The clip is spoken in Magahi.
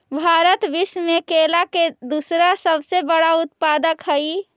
भारत विश्व में केला के दूसरा सबसे बड़ा उत्पादक हई